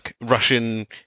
Russian